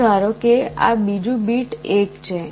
હવે ધારો કે આ બીજું બીટ 1 છે